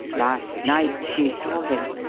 last night she saw him,